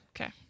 Okay